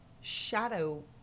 shadow